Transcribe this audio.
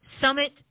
summit